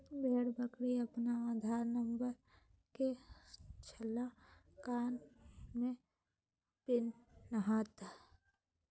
भेड़ बकरी अपन आधार नंबर के छल्ला कान में पिन्हतय